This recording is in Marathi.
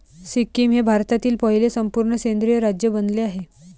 सिक्कीम हे भारतातील पहिले संपूर्ण सेंद्रिय राज्य बनले आहे